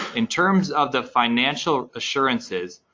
in terms of the financial assurances,